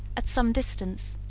at some distance,